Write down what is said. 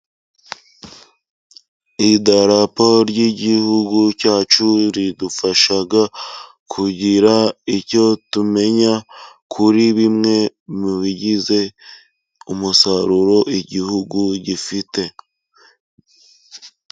Idarapo ry'igihugu cyacu ridufasha kugira icyo tumenya kuri bimwe mu bigize umusaruro igihugu gifite.